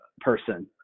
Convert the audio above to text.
person